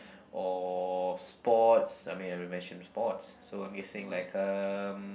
or sports I mean I will mention sports so I'm guessing like um